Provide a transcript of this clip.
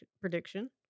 prediction